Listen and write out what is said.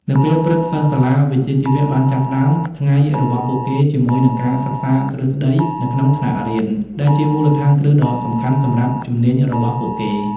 នៅពេលព្រឹក សិស្សសាលាវិជ្ជាជីវៈបានចាប់ផ្តើមថ្ងៃរបស់ពួកគេជាមួយនឹងការសិក្សាទ្រឹស្តីនៅក្នុងថ្នាក់រៀន ដែលជាមូលដ្ឋានគ្រឹះដ៏សំខាន់សម្រាប់ជំនាញរបស់ពួកគេ។